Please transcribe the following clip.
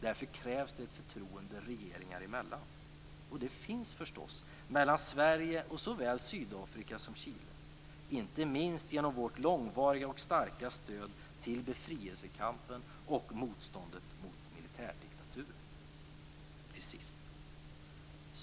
Därför krävs ett förtroende regeringar emellan. Det finns mellan Sverige och såväl Sydafrika som Chile, inte minst genom vårt långvariga och starka stöd till befrielsekampen och motståndet mot militärdiktaturer.